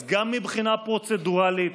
אז גם מבחינה פרוצדורלית,